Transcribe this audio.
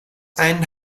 ein